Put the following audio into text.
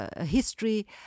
History